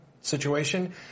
situation